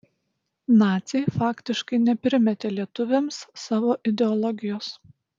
naciai faktiškai neprimetė lietuviams savo ideologijos